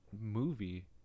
movie